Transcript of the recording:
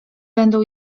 będą